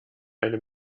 eine